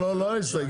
לא על ההסתייגויות,